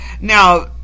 Now